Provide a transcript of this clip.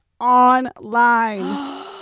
online